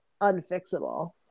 unfixable